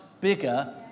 bigger